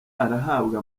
arahabwa